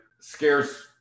scarce